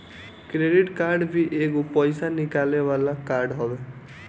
credit card भी एगो पईसा निकाले वाला कार्ड हवे